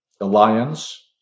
Alliance